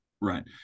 Right